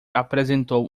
apresentou